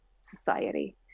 society